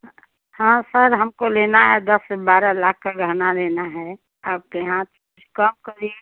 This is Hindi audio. हाँ हाँ सर हमको लेना है दस बारह लाख का गहना लेना है आपके यहाँ कम करिए